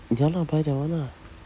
ya lah buy that one ah